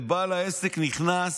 ובעל העסק נכנס